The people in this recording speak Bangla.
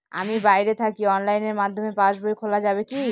আমি বাইরে থাকি অনলাইনের মাধ্যমে পাস বই খোলা যাবে কি?